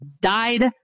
died